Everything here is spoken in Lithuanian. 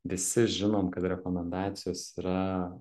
visi žinom kad rekomendacijos yra